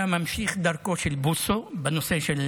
אתה ממשיך דרכו של בוסו בנושא הזה.